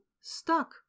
stuck